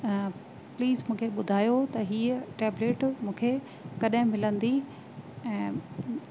त प्लीज़ मूंखे ॿुधायो त हीअ टेबलेट मूंखे कॾहिं मिलंदी ऐं